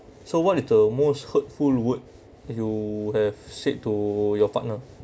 so what is the most hurtful would you have said to your partner